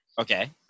Okay